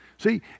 See